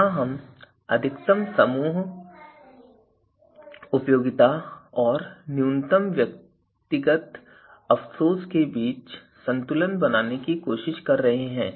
यहां हम अधिकतम समूह उपयोगिता और न्यूनतम व्यक्तिगत अफसोस के बीच संतुलन बनाने की कोशिश कर रहे हैं